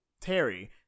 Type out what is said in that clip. terry